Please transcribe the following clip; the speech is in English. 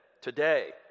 Today